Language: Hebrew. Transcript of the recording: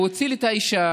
הוא הציל את האישה